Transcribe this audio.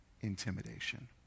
intimidation